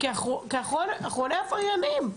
כאחרוני העבריינים.